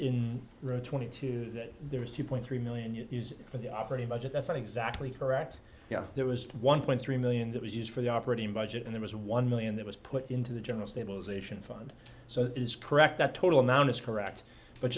in twenty two that there was two point three million for the operating budget that's not exactly correct yeah there was one point three million that was used for the operating budget and there was one million that was put into the general stabilization fund so that is correct that total amount is correct but